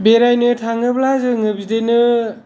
बेरायनो थाङोब्ला जोङो बिदिनो